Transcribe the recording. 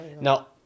Now